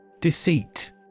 Deceit